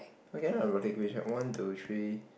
one two three